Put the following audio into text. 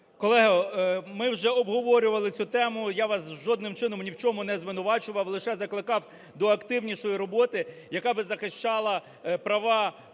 Колеги, ми вже обговорювали цю тему, я вас жодним чином ні в чому не звинувачував, лише закликав до активнішої роботи, яка би захищала права